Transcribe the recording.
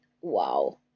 wow